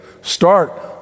Start